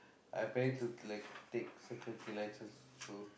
I planning to like take security license also